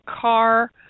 car